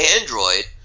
android